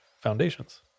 foundations